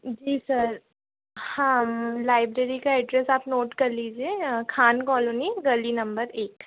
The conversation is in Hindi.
जी सर हाँ लाइब्रेरी का एड्रेस आप नोट कर लीजिए खान कॉलोनी गली नंबर एक